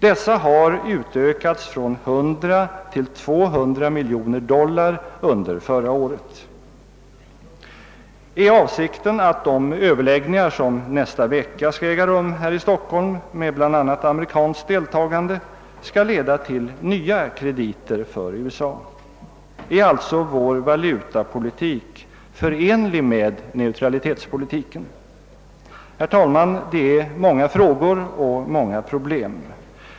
Dessa har utökats från 100 miljoner till 200 miljoner dollar under förra året. Är avsikten att de överläggningar, som nästa vecka skall äga rum här i Stockholm med bl.a. amerikanskt deltagande, skall leda till nya krediter för USA? är vår valutapolitik alltså förenlig med neutralitetspolitiken? Herr talman! Det är många frågor och många problem.